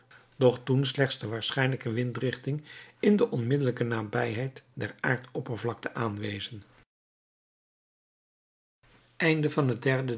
doch toen slechts de waarschijnlijke windrichting in de onmiddellijke nabijheid der aardoppervlakte aanwezen